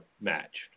matched